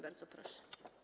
Bardzo proszę.